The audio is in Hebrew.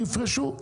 יפרשו.